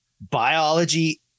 biology